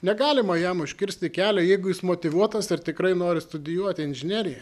negalima jam užkirsti kelią jeigu jis motyvuotas ir tikrai nori studijuoti inžineriją